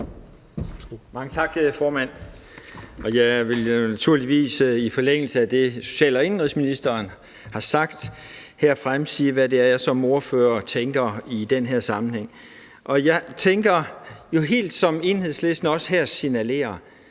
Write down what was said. Mange tak, formand. Jeg vil naturligvis i forlængelse af det, social- og indenrigsministeren har sagt, her fremsige, hvad jeg som ordfører tænker i den her sammenhæng. Jeg tænker jo, helt som Enhedslisten også her signalerer,